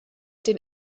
den